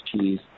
cheese